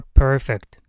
perfect